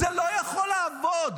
זה לא יכול לעבוד.